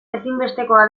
ezinbestekoa